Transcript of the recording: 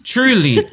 Truly